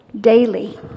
daily